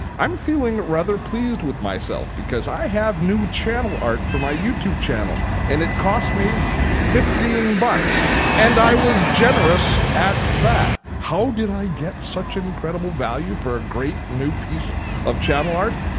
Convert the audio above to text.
i'm feeling rather pleased with myself because i have new channel art for my youtube channel and it cost me fifteen dollars and i was generous at that. how did i get such incredible value for a great new piece of channel art?